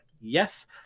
Yes